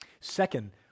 Second